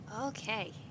Okay